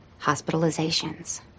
Hospitalizations